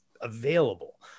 available